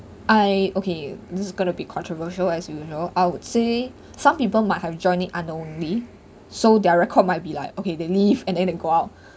I okay this is going to be controversial as you know I would say some people might have joined it unknowingly so their record might be like okay they leave and then they go out